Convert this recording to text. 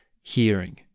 hearing